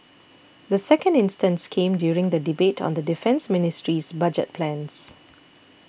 the second instance came during the debate on the Defence Ministry's budget plans